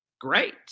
great